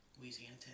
Louisiana